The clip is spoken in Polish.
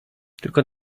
tylko